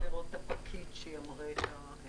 רוצה לראות את הפקיד שימרה את --- תקשיב,